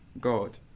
God